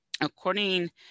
according